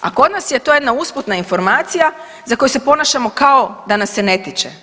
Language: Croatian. A kod nas je to jedna usputna informacija za koju se ponašamo kao da nas se ne tiče.